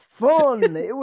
fun